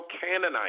canaanite